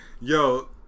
Yo